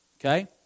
okay